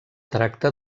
tracta